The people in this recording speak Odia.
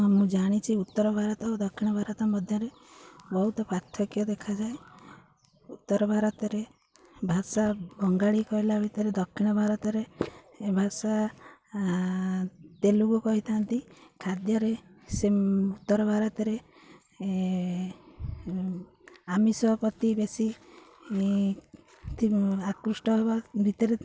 ହଁ ମୁଁ ଜାଣିଚି ଉତ୍ତର ଭାରତ ଓ ଦକ୍ଷିଣ ଭାରତ ମଧ୍ୟରେ ବହୁତ ପାର୍ଥକ୍ୟ ଦେଖାଯାଏ ଉତ୍ତର ଭାରତରେ ଭାଷା ବଙ୍ଗାଳୀ କହିଲା ଭିତରେ ଦକ୍ଷିଣ ଭାରତରେ ଭାଷା ତେଲୁଗୁ କହିଥାନ୍ତି ଖାଦ୍ୟରେ ସେ ଉତ୍ତର ଭାରତରେ ଆମିଷ ପ୍ରତି ବେଶୀ ଆକୃଷ୍ଟ ହେବା ଭିତରେ